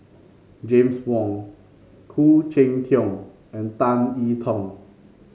James Wong Khoo Cheng Tiong and Tan I Tong